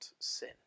sin